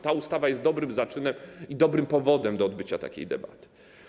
Ta ustawa jest dobrym zaczynem i dobrym powodem do odbycia takiej debaty.